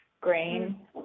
grain